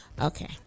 Okay